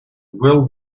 will